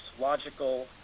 logical